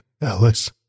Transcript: Alice